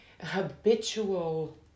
habitual